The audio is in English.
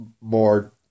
more